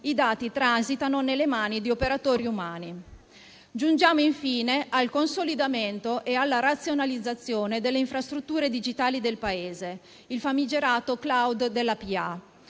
i dati transitano nelle mani di operatori umani. Giungiamo infine al consolidamento e alla razionalizzazione delle infrastrutture digitali del Paese: il famigerato *cloud* della